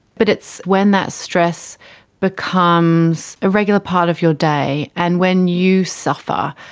but it's when that stress becomes a regular part of your day, and when you suffer,